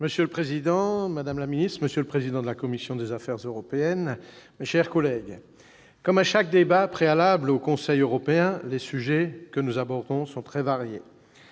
Monsieur le président, madame la ministre, monsieur le président de la commission des affaires européennes, mes chers collègues, comme à chaque débat préalable au Conseil européen, les sujets que nous abordons sont très variés.